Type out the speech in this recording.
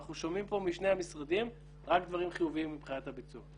ואנחנו שומעים פה משני המשרדים רק דברים חיוביים מבחינת הביצוע.